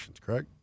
correct